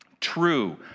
True